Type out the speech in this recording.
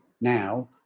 now